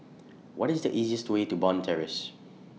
What IS The easiest Way to Bond Terrace